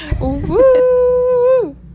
Woo